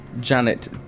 Janet